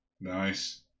Nice